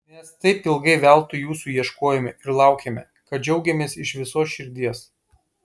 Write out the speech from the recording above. mes taip ilgai veltui jūsų ieškojome ir laukėme kad džiaugiamės iš visos širdies